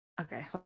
okay